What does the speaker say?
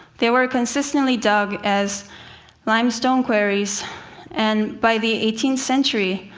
they were consistently dug as limestone quarries and by the eighteenth century,